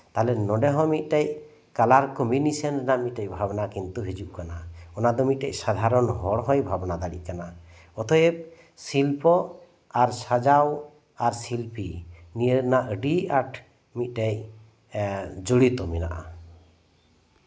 ᱛᱟᱦᱞᱮ ᱱᱚᱰᱮ ᱦᱚᱸ ᱢᱤᱫᱴᱮᱡ ᱠᱟᱞᱟᱨ ᱠᱚᱢᱢᱤᱱᱮᱥᱚᱱ ᱨᱮᱱᱟᱜ ᱢᱤᱫᱴᱮᱱ ᱵᱷᱟᱵᱽᱱᱟ ᱠᱤᱱᱛᱩ ᱦᱤᱡᱩᱜ ᱠᱟᱱᱟ ᱚᱱᱟ ᱫᱚ ᱢᱤᱫᱴᱮᱡ ᱥᱟᱫᱷᱟᱨᱚᱱ ᱦᱚᱲ ᱦᱚᱭ ᱵᱷᱟᱵᱽᱱᱟ ᱫᱟᱲᱮᱜ ᱠᱟᱱᱟ ᱚᱛᱚᱭᱮᱵ ᱥᱤᱞᱯᱚ ᱟᱨ ᱥᱟᱡᱟᱣ ᱟᱨ ᱥᱤᱞᱤ ᱱᱤᱭᱟᱹ ᱨᱮᱱᱟᱜ ᱟᱹᱰᱤ ᱟᱸᱴ ᱢᱤᱫᱴᱮᱡ ᱡᱚᱲᱤᱛᱚ ᱢᱮᱱᱟᱜᱼᱟ